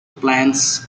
plants